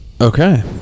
Okay